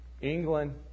England